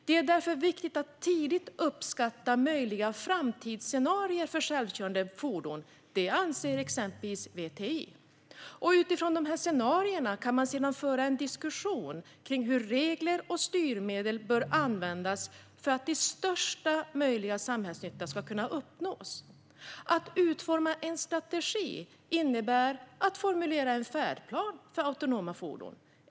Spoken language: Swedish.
Det är därför viktigt att tidigt uppskatta möjliga framtidsscenarier för självkörande fordon; det anser exempelvis VTI. Utifrån dessa scenarier kan man sedan föra en diskussion kring hur regler och styrmedel bör användas för att största möjliga samhällsnytta ska kunna uppnås. Att utforma en strategi innebär att formulera en färdplan för autonoma fordon.